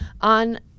on